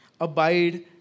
Abide